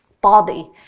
body